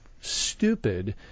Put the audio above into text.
stupid